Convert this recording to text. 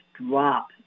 drop